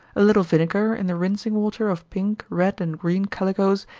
a little vinegar in the rinsing water of pink, red, and green calicoes,